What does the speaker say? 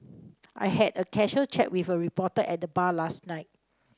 I had a casual chat with a reporter at the bar last night